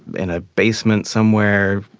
in a basement somewhere,